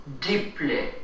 Deeply